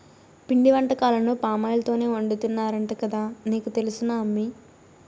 పిండి వంటకాలను పామాయిల్ తోనే వండుతున్నారంట కదా నీకు తెలుసునా అమ్మీ